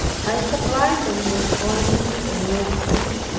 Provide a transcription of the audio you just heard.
i supplied them with ointments and medicines,